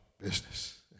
business